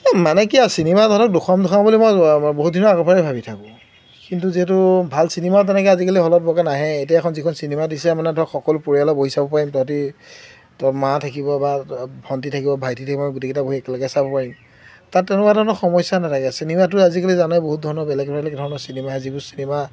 এই মানে কি আৰু চিনেমা তহঁতক দেখুৱাম দেখুৱাম বুলি মই বহুত দিনৰ আগৰপৰাই ভাবি থাকোঁ কিন্তু যিহেতু ভাল চিনেমাও তেনেকৈ আজিকালি হলত বৰকৈ নাহেই এতিয়া এইখন যিখন চিনেমা দিছে মানে ধৰক সকলো পৰিয়ালৰ বহি চাব পাৰিম তহঁতি তই মা থাকিব বা ভণ্টি থাকিব ভাইটি থাকিব গোটেইকেইটা বহি একেলগে চাব পাৰিম তাত তেনেকুৱা ধৰণৰ সমস্যা নাথাকে চিনেমাটো আজিকালি জানয় বহুত ধৰণৰ বেলেগ বেলেগ ধৰণৰ চিনেমা আহে যিবোৰ চিনেমা